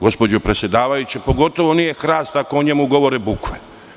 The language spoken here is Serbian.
Gospođo predsedavajuća, pogotovo nije hrast ako o njemu govore bukve.